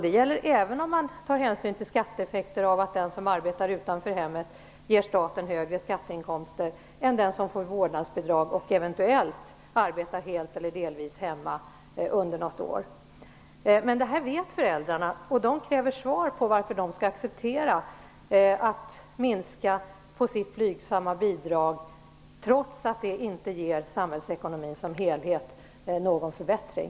Det gäller även om man tar hänsyn till skatteeffekter som uppstår av att den som arbetar utanför hemmet ger staten högre skatteinkomster än den som får vårdnadsbidrag och som eventuellt arbetar helt eller delvis hemma under något år. Föräldrarna vet detta, och de kräver svar på varför de skall acceptera att minska på sitt blygsamma bidrag, trots att det inte ger samhällsekonomin som helhet någon förbättring.